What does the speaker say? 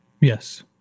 yes